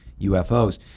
UFOs